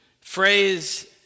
phrase